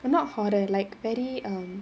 and not horror like very um